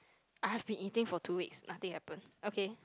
I have been eating for two weeks nothing happen okay